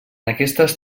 aquestes